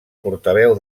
portaveu